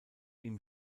ihm